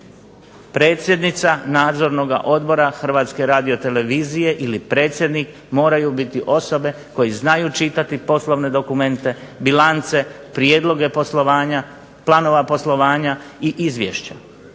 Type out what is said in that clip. Predsjednica Nadzornoga odbora Hrvatske radiotelevizije ili predsjednik moraju biti osobe koji znaju čitati poslovne dokumente, bilance, prijedloge poslovanja, planova poslovanja i izvješće.